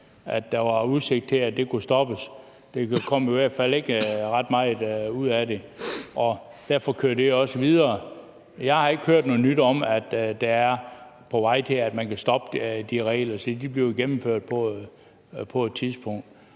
var udsigt til, at det kunne stoppes. Der kom jo i hvert fald ikke ret meget ud af det, og derfor kører det også videre, og jeg har ikke hørt noget nyt om, at det er på vej til, at man kan stoppe de regler, og det vil sige, at de bliver gennemført på et tidspunkt.